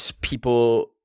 people